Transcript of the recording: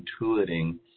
intuiting